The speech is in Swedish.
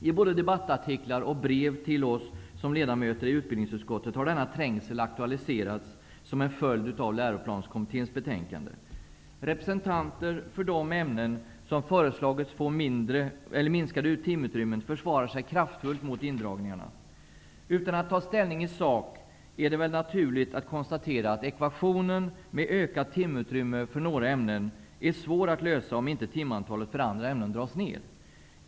I både debattartiklar och brev till oss ledamöter i Utbildningsutskottet har som en följd av Läroplanskommitténs betänkande denna trängsel aktualiserats. Representanter för de ämnen som föreslagit få minskade timutrymmen försvarar sig kraftfullt mot indragningarna. Utan att ta ställning i sak, är det naturligt att konstatera att ekvationen med ökat timutrymme för några ämnen är svår att lösa om inte timutrymmet för andra ämnen dras ned.